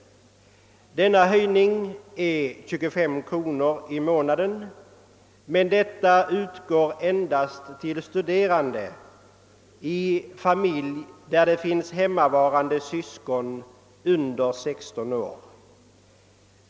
Denna höjning uppgår till 25 kronor i månaden, men det högre beloppet utgår endast till studerande i familj där det finns hemmavarande syskon under 16 års ålder.